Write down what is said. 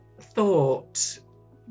thought